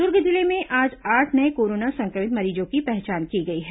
दुर्ग जिले में आज साठ नये कोरोना सं क्र मित मरीजों की पहचान की गई है